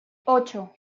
ocho